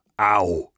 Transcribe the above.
Ow